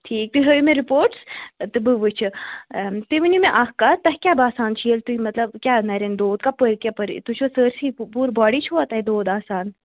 ٹھیٖک تُہۍ ہٲوِو مےٚ رِپوٹس تہٕ بہٕ وُچھٕ تُہۍ ؤنِو مےٚ اکھ کَتھ تۄہہِ کیٛاہ باسان چھِ ییٚلہِ تُہۍ مطلب کیٛاہ نَرین دود کَپٲرۍ کَپٲرۍ تۄہہِ چُھ سٲرسٕے پوٗرٕ باڑی چھُ تۄہہِ دود آسان